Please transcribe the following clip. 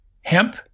hemp